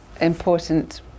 important